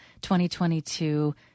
2022